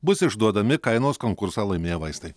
bus išduodami kainos konkursą laimėję vaistai